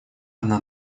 одна